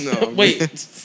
Wait